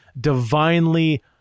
divinely